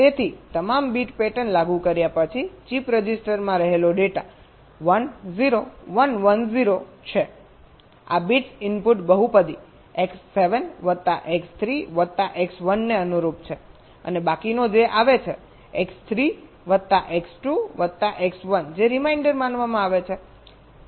તેથી તમામ bit pattern લાગુ કર્યા પછી ચિપ રજિસ્ટરમાં રહેલો ડેટા 1 0 1 1 0 છે આ બિટ્સ ઇનપુટ બહુપદી X 7 વત્તા X 3 વત્તા X 1 ને અનુરૂપ છે અને બાકીનો જે આવે છે X 3 વત્તા X 2 વત્તા X 1 જે રીમાઇન્ડર માનવામાં આવે છે